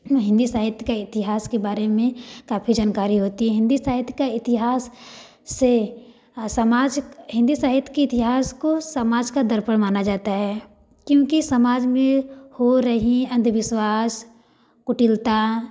हिंदी साहित्य का इतिहास के बारे में काफ़ी जानकारी होती है हिंदी साहित्य का इतिहास से समाज हिंदी साहित्य की इतिहास को समाज का दर्पण माना जाता है क्योंकि समाज में हो रही अंधविश्वास कुटिलता